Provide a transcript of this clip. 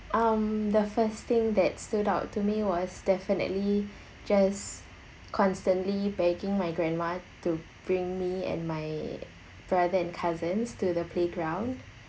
um the first thing that stood out to me was definitely just constantly begging my grandma to bring me and my brother and cousins to the playground